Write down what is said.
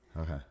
okay